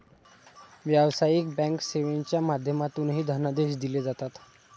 व्यावसायिक बँक सेवेच्या माध्यमातूनही धनादेश दिले जातात